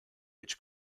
which